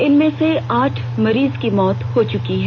इनमें से आठ मरीज की मौत हो चुकी है